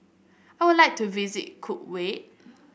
I would like to visit Kuwait